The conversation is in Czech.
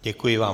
Děkuji vám.